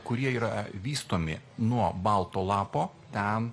kurie yra vystomi nuo balto lapo ten